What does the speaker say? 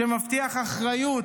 שמבטיח אחריות.